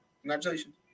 Congratulations